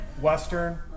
western